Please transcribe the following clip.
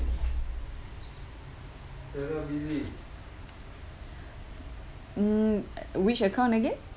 mm which account again